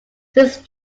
since